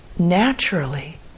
naturally